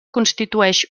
constitueix